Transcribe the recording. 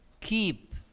keep